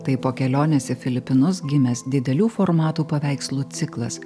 tai po kelionės į filipinus gimęs didelių formatų paveikslų ciklas